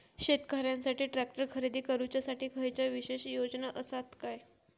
शेतकऱ्यांकसाठी ट्रॅक्टर खरेदी करुच्या साठी खयच्या विशेष योजना असात काय?